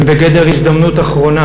הם בגדר הזדמנות אחרונה,